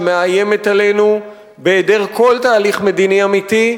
שמאיימת עלינו בהיעדר כל תהליך מדיני אמיתי.